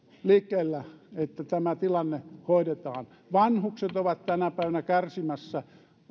liikkeellä että tämä tilanne hoidetaan vanhukset ovat tänä päivänä kärsimässä